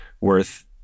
worth